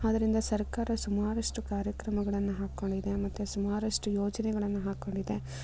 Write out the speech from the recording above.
ಆದ್ರಿಂದ ಸರ್ಕಾರ ಸುಮಾರಷ್ಟು ಕಾರ್ಯಕ್ರಮಗಳನ್ನು ಹಾಕಿಕೊಂಡಿದೆ ಮತ್ತು ಸುಮಾರಷ್ಟು ಯೋಜನೆಗಳನ್ನು ಹಾಕಿಕೊಂಡಿದೆ